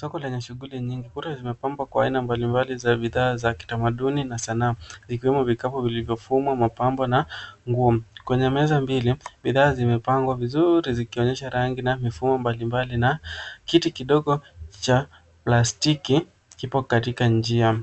Soko lenye shughuli nyingi. Kuta zimepambwa kwa aina mbalimbali za bidhaa za kitamaduni na sanamu. Zikiwemo vikapu vilivyofumwa, mapambo, na nguo. Kwenye meza mbili, bidhaa zimepangwa vizuri zikionyesha rangi na mifumo mbalimbali na, kiti kidogo cha plastiki kipo katika njia.